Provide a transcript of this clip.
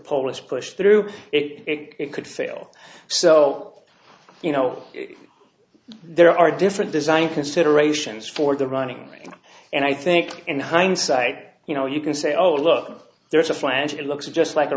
polish push through it could fail so you know there are different design considerations for the running game and i think in hindsight you know you can say oh look there's a flange it looks just like a